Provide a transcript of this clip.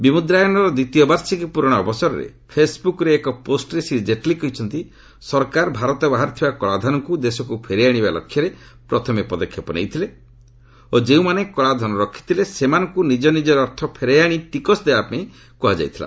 ବିମୁଦ୍ରାୟନର ଦ୍ୱିତୀୟ ବାର୍ଷିକୀ ପ୍ରରଣ ଅବସରରେ ଫେସ୍ବୁକ୍ରେ ଏକ ପୋଷ୍ଟରେ ଶ୍ରୀ ଜେଟ୍ଲୀ କହିଛନ୍ତି ସରକାର ଭାରତ ବାହାରେ ଥିବା କଳାଧନକୁ ଦେଶକୁ ଫେରାଇ ଆଣିବା ଲକ୍ଷ୍ୟରେ ପ୍ରଥମେ ପଦକ୍ଷେପ ନେଇଥିଲେ ଓ ଯେଉଁମାନେ କଳାଧନ ରଖିଥିଲେ ସେମାନଙ୍କୁ ନିଜ ନିଜର ଅର୍ଥ ଫେରାଇ ଆଣି ଟିକସ ଦେବାପାଇଁ କହିଥିଲେ